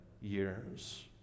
years